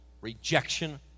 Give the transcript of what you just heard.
Rejection